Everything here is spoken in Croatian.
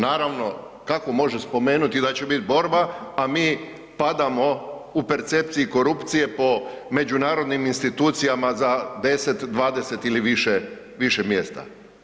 Naravno, kako može spomenuti da će biti borba, a mi padamo u percepciji korupcije po međunarodnim institucijama za 10, 20 ili više, više mjesta.